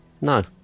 No